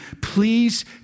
Please